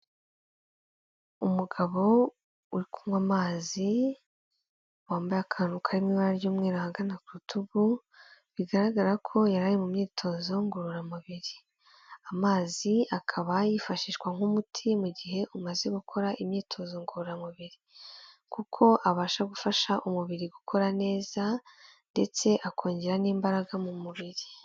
Umugabo unywa amazi wambaye akanzu kari mu ibara ry'mweru ahagana ku rutugu bigaragara ko yarari mu myitozo ngororamubiri, amazi akaba yifashishwa nk'umuti mu gihe umaze gukora imyitozo ngororamubiri. Kuko abasha gufasha umubiri gukora neza ndetse akongera n'imbaraga mu mubiri.